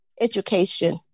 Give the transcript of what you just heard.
education